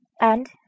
And